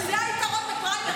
זה היתרון בפריימריז.